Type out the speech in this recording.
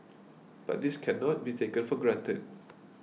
but this can not be taken for granted